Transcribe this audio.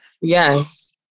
Yes